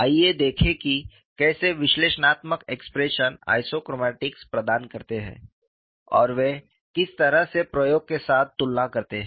आइए देखें कि कैसे विश्लेषणात्मक एक्सप्रेशन आइसोक्रोमैटिक्स प्रदान करते हैं और वे किस तरह से प्रयोगों के साथ तुलना करते हैं